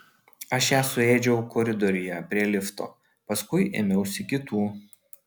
aš ją suėdžiau koridoriuje prie lifto paskui ėmiausi kitų